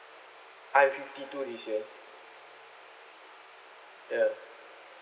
I'm fifty two this year ya